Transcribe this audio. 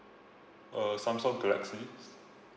uh Samsung galaxy